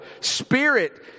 spirit